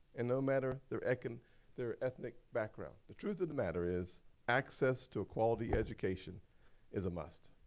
and no matter their ethnic and their ethnic background. the truth of the matter is access to a quality education is a must.